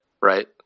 right